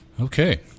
Okay